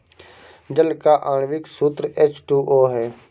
जल का आण्विक सूत्र एच टू ओ है